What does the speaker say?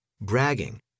bragging